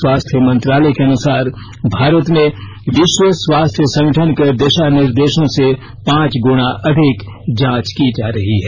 स्वास्थ्य मंत्रालय के अनुसार भारत में विश्व स्वास्थ्य संगठन के दिशा निर्देशों से पांच ग्रणा अधिक जांच की जा रही है